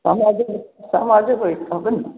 समझबै समझबै तबे ने